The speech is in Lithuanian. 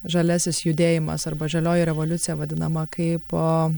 žaliasis judėjimas arba žalioji revoliucija vadinama kai po